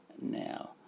Now